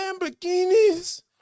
Lamborghinis